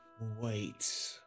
Wait